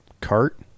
cart